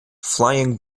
flying